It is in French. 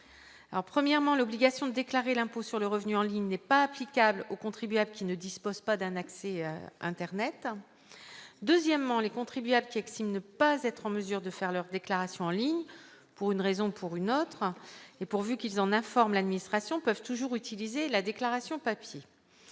Premièrement, l'obligation de déclarer l'impôt sur le revenu en ligne n'est pas applicable aux contribuables qui ne disposent pas d'un accès à internet. Deuxièmement, les contribuables qui estiment ne pas être en mesure de faire leur déclaration en ligne, pour une raison ou une autre et pourvu qu'ils en informent l'administration, peuvent toujours utiliser la déclaration papier.